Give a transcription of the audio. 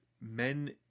men